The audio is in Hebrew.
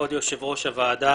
כבוד יושב ראש הוועדה,